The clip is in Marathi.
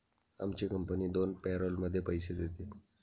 आमची कंपनी दोन पॅरोलमध्ये पैसे देते